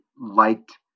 liked